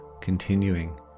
continuing